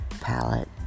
palette